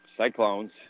Cyclones